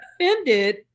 offended